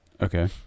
Okay